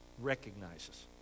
recognizes